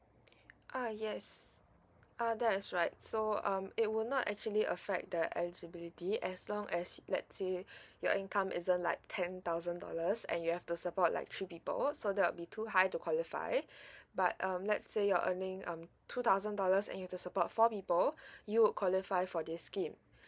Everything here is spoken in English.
uh yes uh that's right so um it will not actually affect the eligibility as long as let's say your income isn't like ten thousand dollars and you have to support like three people so there'll be too high to qualify but um let's say you're earning um two thousand dollars and you to support four people you would qualify for this scheme